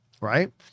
right